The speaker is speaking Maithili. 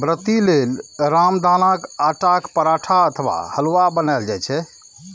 व्रती लेल रामदानाक आटाक पराठा अथवा हलुआ बनाएल जाइ छै